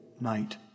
night